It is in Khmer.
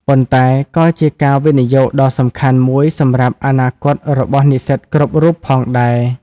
ប៉ុន្តែក៏ជាការវិនិយោគដ៏សំខាន់មួយសម្រាប់អនាគតរបស់និស្សិតគ្រប់រូបផងដែរ។